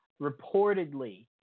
reportedly